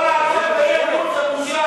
לא לענות על אי-אמון זה בושה.